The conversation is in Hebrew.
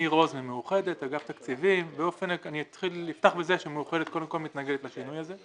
אני אפתח בזה ואומר שמאוחדת מתנגדת לשינוי הזה.